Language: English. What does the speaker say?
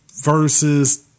versus